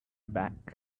back